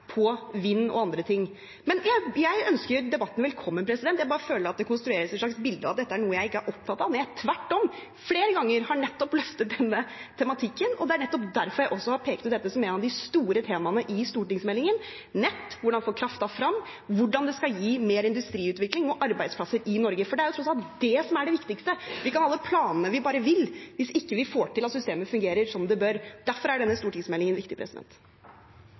vind og andre ting. Jeg ønsker debatten velkommen. Jeg føler bare at det konstrueres et slags bilde av at dette er noe jeg ikke er opptatt av. Jeg har tvert om, flere ganger, løftet frem denne tematikken, og det er nettopp derfor jeg har pekt ut dette som et av de store temaene i stortingsmeldingen – nett, hvordan få kraften frem, hvordan det skal gi mer industriutvikling og arbeidsplasser i Norge. Det er tross alt det som er det viktigste. Vi kan ha de planene vi bare vil, hvis vi ikke får til at systemet fungerer som det bør. Derfor er denne stortingsmeldingen viktig.